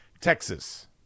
Texas